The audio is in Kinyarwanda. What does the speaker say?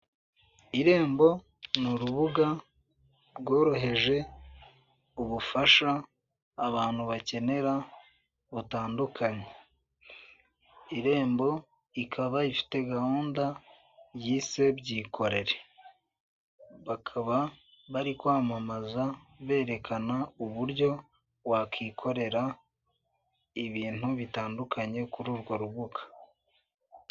"irembo" ni urubuga rworoheje ubufasha abantu bakenera butandukanye. "irembo" ikaba ifite gahunda yise byikorere, bakaba bari kwamamaza berekana uburyo wakikorera ibintu bitandukanye kuri urwo rubuga.